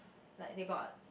like they got